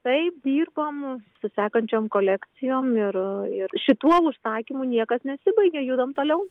taip dirbam su sekančiom kolekcijom ir ir šituo užsakymu niekas nesibaigė judam toliau